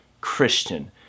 Christian